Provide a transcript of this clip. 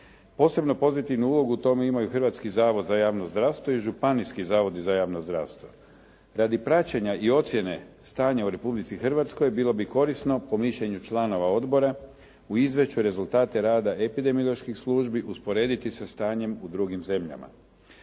Posebno pozitivnu ulogu u tome ima i Hrvatski zavod za javno zdravstvo i Županijski zavodi za javno zdravstvo. Radi praćenja i ocjene stanja u Republici Hrvatskoj bilo bi korisno po mišljenju članova odbora u izvješću rezultati rada epidemioloških službi usporediti sa stanjem u drugim zemljama.